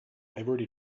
already